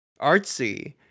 artsy